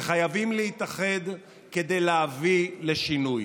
וחייבים להתאחד כדי להביא לשינוי.